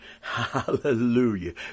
Hallelujah